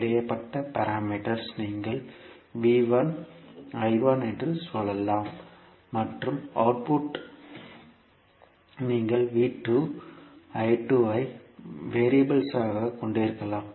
இடைப்பட்ட பாராமீட்டர்ஸ் நீங்கள் என்று சொல்லலாம் மற்றும் அவுட்புட் நீங்கள் ஐ வெறியபிள்களாகக் கொண்டிருக்கலாம்